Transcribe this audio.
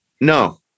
No